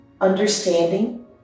understanding